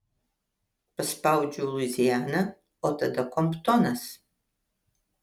paspaudžiau luiziana o tada komptonas